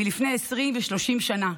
מלפני 20 ו-30 שנה.